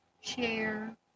Share